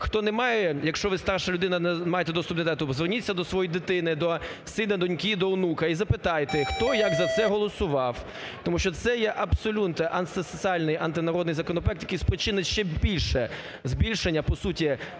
Хто немає, якщо ви старша людина, не маєте доступу до Інтернету – додзвоніться до своєї дитини, до сина, доньки, до онука і запитайте: хто як за це голосував? Тому що це є абсолютно антисоціальний, антинародний законопроект, який спричинить ще більше збільшення, по суті,